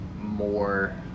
more